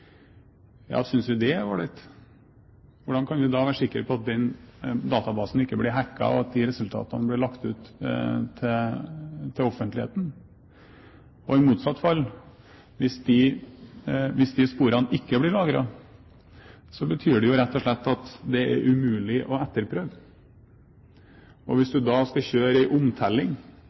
Synes vi det er all right? Hvordan kan vi være sikre på at den databasen ikke blir hacket og resultatene lagt ut til offentligheten? I motsatt fall: Hvis de sporene ikke blir lagret, betyr det rett og slett at det er umulig å etterprøve. Hvis det da står strid om valgresultatet, og du kjører en omtelling